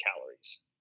calories